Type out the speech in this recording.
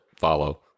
follow